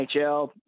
NHL